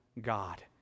God